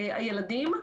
עובדים.